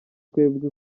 twebwe